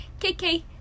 kk